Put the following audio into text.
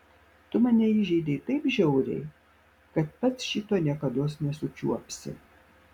tu mane įžeidei taip žiauriai kad pats šito niekados nesučiuopsi